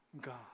God